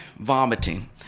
vomiting